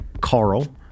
Carl